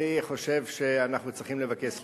אני חושב שאנחנו צריכים לבקש סליחה,